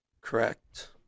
Correct